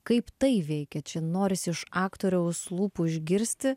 kaip tai veikia čia norisi iš aktoriaus lūpų išgirsti